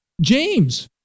James